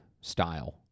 style